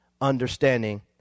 understanding